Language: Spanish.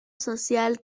social